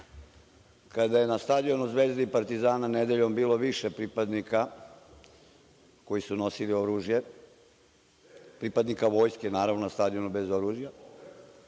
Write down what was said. kada je na stadionu „Zvezde“ i „Partizana“, nedeljom bilo više pripadnika koji su nosili oružje, pripadnika vojske, na stadionu bez oružja,